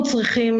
אנחנו צריכים,